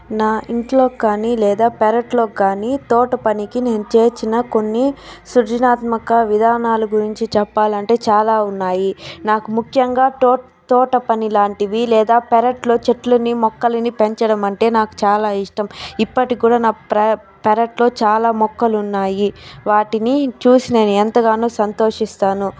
నా ఇంట్లో కానీ లేదా పెరట్లోకి కానీ తోట పనికి నేను చేసిన కొన్ని సృజనాత్మక విధానాలు గురించి చెప్పాలంటే చాలా ఉన్నాయి నాకు ముఖ్యంగా తో తోట పని లాంటివి లేదా పెరట్లో చెట్లునీ మొక్కలని పెంచడం అంటే నాకు చాలా ఇష్టం ఇప్పటికి కూడా నా పె పెరట్లో చాలా మొక్కలు ఉన్నాయి వాటిని చూసి నేను ఎంతగానో సంతోషిస్తాను